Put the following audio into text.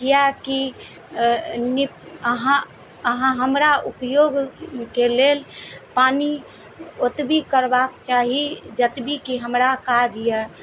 किएक कि अहाँ अहाँ हमरा उपयोगके लेल पानि ओतबी करबाक चाही जतबी की हमरा काज यऽ